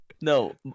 No